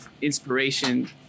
inspiration